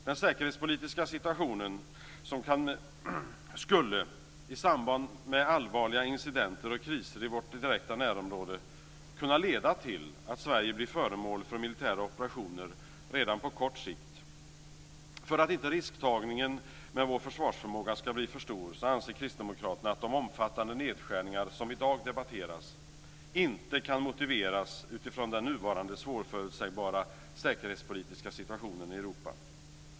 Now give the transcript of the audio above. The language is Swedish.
Den säkerhetspolitiska situationen skulle, i samband med allvarliga incidenter och kriser i vårt direkta närområde, kunna leda till att Sverige blir föremål för militära operationer redan på kort sikt. För att inte risktagningen med vår försvarsförmåga ska bli för stor anser Kristdemokraterna att de omfattande nedskärningar som i dag debatteras inte kan motiveras utifrån den nuvarande svårförutsägbara säkerhetspolitiska situationen i Europa.